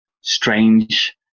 strange